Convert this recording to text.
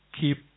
keep